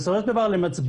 בסופו של דבר למצבר,